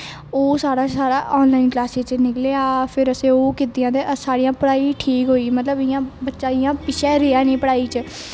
ओह् सारे दा सारा आनॅलाइन क्लासिस दा निकलया फिर असें ओह् कीतियां ते साढ़ियां पढाई ठीक होई गेई मतलब इयां बच्चा इयां पिच्छे रेहा नेई पढाई च